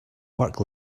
work